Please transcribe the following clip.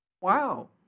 Wow